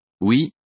Oui